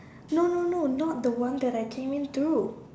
no no no not the one that I came in through